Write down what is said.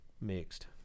mixed